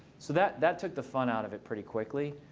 so that that took the fun out of it pretty quickly.